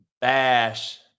bash